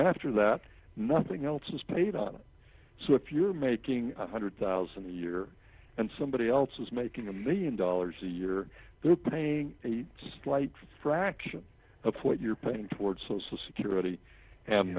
after that nothing else is paid so if you're making one hundred thousand a year and somebody else is making a million dollars a year they're paying a slight fraction of what you're paying toward social security and